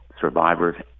survivors